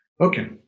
Okay